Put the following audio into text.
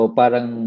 parang